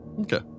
Okay